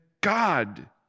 God